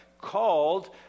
called